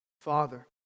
Father